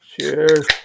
Cheers